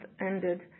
ended